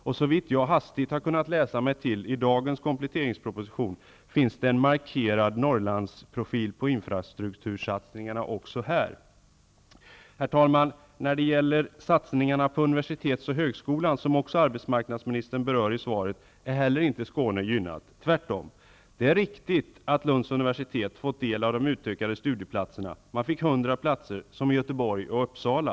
Av vad jag hastigt har kunnat läsa mig till i dagens kompletteringsproposition finns det en markerad Norrlandsprofil på infrastruktursatsningarna också där. Herr talman! Inte heller när det gäller satsningarna på universitet och högskolor, som arbetsmarknadsministern också berör i svaret, är Skåne gynnat -- tvärtom. Det är riktigt att Lunds universitet har fått del av de utökade studieplatserna -- man fick 100 platser liksom Göteborg och Uppsala.